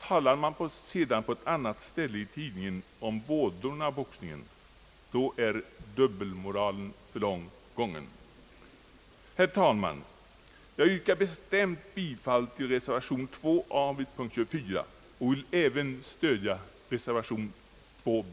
Talar man sedan på ett annat ställe i tidningen om vådorna av boxningen, då är dubbelmoralen för långt gången. Herr talman! Jag yrkar bestämt bifall till reservation a vid punkt 24, och jag vill även stödja reservation b.